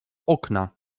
okna